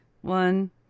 One